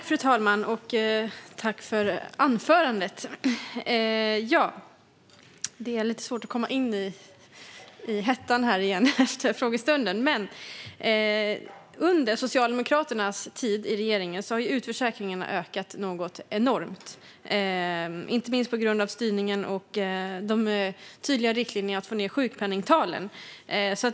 Fru talman! Tack, Björn Petersson, för anförandet! Det är lite svårt att komma in i debattens hetta igen efter frågestunden. Under Socialdemokraternas tid i regeringen har utförsäkringarna ökat något enormt. Det är inte minst på grund av styrningen och de tydliga riktlinjerna att få ned sjukpenningtalen.